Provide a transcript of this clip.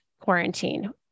quarantine